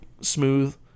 smooth